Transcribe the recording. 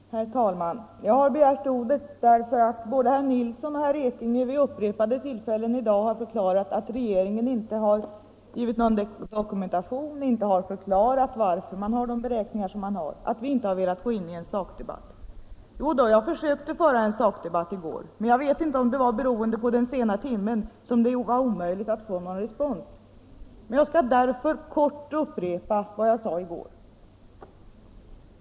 Nr 85 Herr talman! Jag har begärt ordet därför att både herr Nilsson i Tvär Onsdagen den ålund och herr Ekinge vid upprepade tillfällen i dag har förklarat att 21 maj 1975 regeringen inte har lämnat någon dokumentation eller någon förklaring LL till sina beräkningar och inte heller har velat gå in i en sakdebatt. Arbetsmarknadsut Jodå! Jag försökte föra en sakdebatt i går, men jag vet inte om det = bildningen berodde på den sena timmen att det var omöjligt för mig att få någon respons. Jag skall därför nu helt kortfattat upprepa vad jag sade i går.